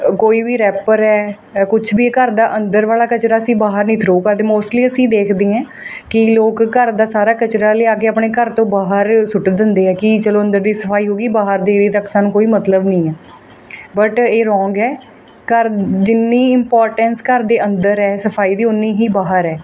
ਕੋਈ ਵੀ ਰੈਪਰ ਹੈ ਜਾਂ ਕੁਛ ਵੀ ਘਰ ਦਾ ਅੰਦਰ ਵਾਲਾ ਕਚਰਾ ਸੀ ਬਾਹਰ ਨੀ ਥਰੋ ਕਰਦੇ ਮੋਸਟਲੀ ਅਸੀਂ ਦੇਖਦੇ ਹਾਂ ਕਿ ਲੋਕ ਘਰ ਦਾ ਸਾਰਾ ਕਚਰਾ ਲਿਆ ਕੇ ਆਪਣੇ ਘਰ ਤੋਂ ਬਾਹਰ ਸੁੱਟ ਦਿੰਦੇ ਹਨ ਕੀ ਚਲੋ ਅੰਦਰ ਦੀ ਸਫਾਈ ਹੋਗੀ ਬਾਹਰ ਦੇ ਵੀ ਤੱਕ ਸਾਨੂੰ ਕੋਈ ਮਤਲਬ ਨਹੀਂ ਹੈ ਬਟ ਇਹ ਰੋਂਗ ਹੈ ਘਰ ਜਿੰਨੀ ਇੰਪੋਰਟੈਂਸ ਘਰ ਦੇ ਅੰਦਰ ਹੈ ਸਫਾਈ ਦੀ ਉਨੀ ਹੀ ਬਾਹਰ ਹੈ